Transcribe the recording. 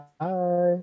Hi